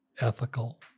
ethical